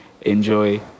enjoy